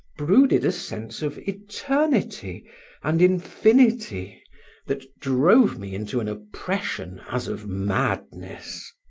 brooded a sense of eternity and infinity that drove me into an oppression as of madness.